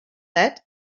that